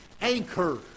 anchor